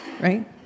Right